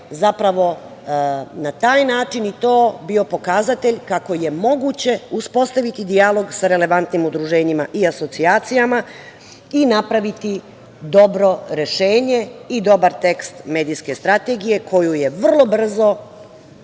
jer je na taj način i to bio pokazatelj kako je moguće uspostaviti dijalog sa relevantnim udruženjima i asocijacijama i napraviti dobro rešenje i dobar tekst medijske strategije koju je vrlo brzo